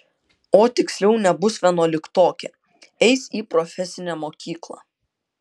o tiksliau nebus vienuoliktokė eis į profesinę mokyklą